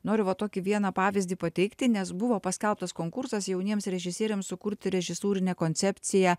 noriu va tokį vieną pavyzdį pateikti nes buvo paskelbtas konkursas jauniems režisieriams sukurti režisūrinę koncepciją